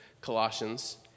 Colossians